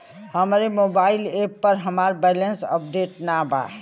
हमरे mobile app पर हमार बैलैंस अपडेट नाई बा